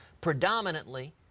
predominantly